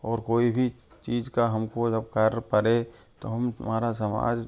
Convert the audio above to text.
और कोई भी चीज़ का हम को जब कार्य करे तो हम हमारा समाज